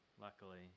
luckily